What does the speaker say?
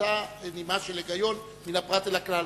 באותה נימה של היגיון מן הפרט אל הכלל.